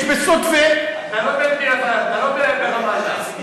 אתה לא ברמאללה.